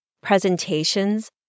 presentations